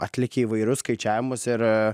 atlikę įvairius skaičiavimus ir